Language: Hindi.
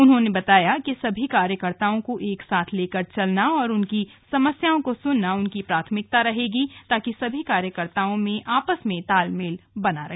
उन्होंने बताया कि सभी कार्यकर्ताओं को एक साथ लेकर चलना और उनकी समस्याओं को सुनना उनकी प्राथमिकता रहेगी ताकि सभी कार्यकर्ताओ मे आपस मे तालमेल बना रहे